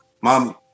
mom